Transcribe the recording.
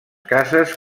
cases